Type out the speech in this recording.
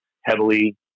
heavily